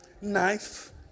knife